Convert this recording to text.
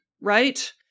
right